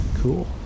Cool